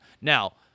now